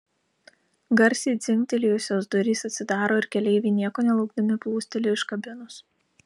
garsiai dzingtelėjusios durys atsidaro ir keleiviai nieko nelaukdami plūsteli iš kabinos